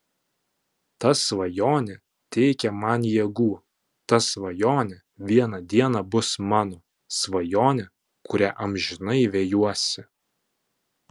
ta svajonė teikia man jėgų ta svajonė vieną dieną bus mano svajonė kurią amžinai vejuosi